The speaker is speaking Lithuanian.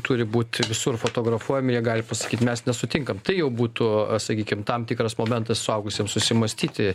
turi būti visur fotografuojami jie gali pasakyti mes nesutinkam tai jau būtų sakykim tam tikras momentas suaugusiems susimąstyti